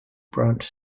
branch